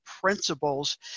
principles